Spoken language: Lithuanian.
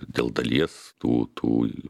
dėl dalies tų tų